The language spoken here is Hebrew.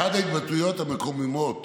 אחת ההתבטאויות המקוממות